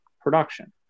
production